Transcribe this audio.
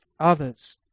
others